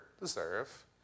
deserve